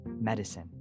medicine